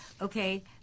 okay